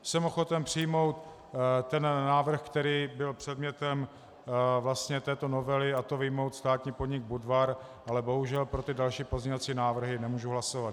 Jsem ochoten přijmout návrh, který byl předmětem této novely, a to vyjmout státní podnik Budvar, ale bohužel pro ty další pozměňovací návrhy nemůžu hlasovat.